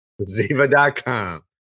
Ziva.com